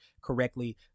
correctly